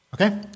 Okay